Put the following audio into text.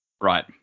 right